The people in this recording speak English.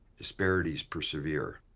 disparities persevere,